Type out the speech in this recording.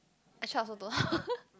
actually I also don't